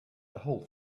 whole